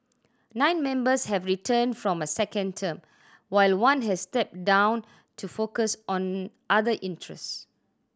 nine members have returned from a second term while one has stepped down to focus on other interests